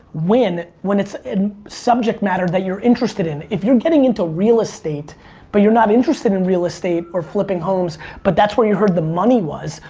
win, when it's subject matter that you're interested in. if you're getting into real estate but you're not interested in real estate or flipping homes, but that's where you heard the money was,